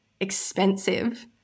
expensive